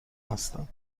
هستم